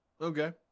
Okay